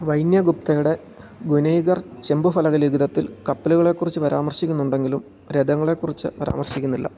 വൈന്യ ഗുപ്തയുടെ ഗുനൈഗർ ചെമ്പു ഫലക ലിഖിതത്തിൽ കപ്പലുകളെ കുറിച്ചു പരാമർശിക്കുന്നുണ്ടെങ്കിലും രഥങ്ങളെ കുറിച്ച് പരാമർശിക്കുന്നില്ല